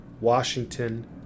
Washington